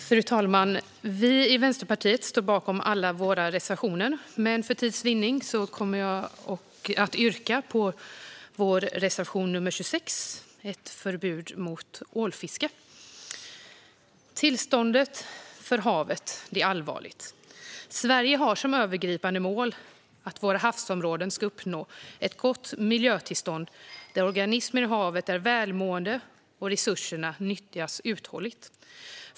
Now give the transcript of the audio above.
Fru talman! Vi i Vänsterpartiet står bakom alla våra reservationer, men för tids vinnande yrkar jag bifall endast till vår reservation nr 26 om ett förbud mot ålfiske. Tillståndet för havet är allvarligt. Sverige har som övergripande mål att våra havsområden ska uppnå ett gott miljötillstånd, där organismer i havet är välmående och resurserna nyttjas uthålligt.